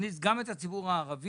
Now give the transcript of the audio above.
להכניס גם את הציבור הערבי,